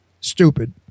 stupid